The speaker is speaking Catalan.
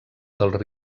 dels